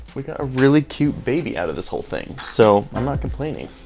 we got a really cute baby out of this whole thing. so, i'm not complaining.